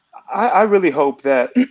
i really hope that,